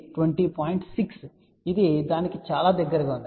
6 ఇది దానికి చాలా దగ్గరగా ఉంది